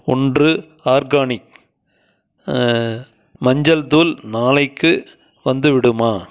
ஓன்று ஆர்கானிக் மஞ்சள் தூள் நாளைக்கு வந்துவிடுமா